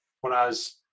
Whereas